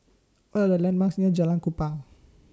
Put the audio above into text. What Are The landmarks near Jalan Kupang